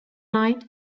night